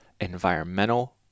environmental